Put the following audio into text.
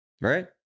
right